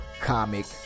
comic